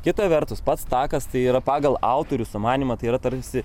kita vertus pats takas tai yra pagal autorių sumanymą tai yra tarsi